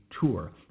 tour